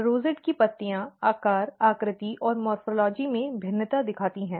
rosette की पत्तियां आकार आकृति और मॉर्फ़ॉलजी में भिन्नता दिखाती हैं